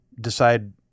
decide